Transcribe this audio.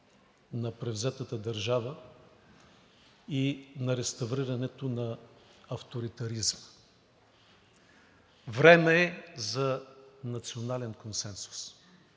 на превзетата държава и на реставрирането на авторитаризма! Време е за национален консенсус.